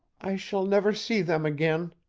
i shall never see them again,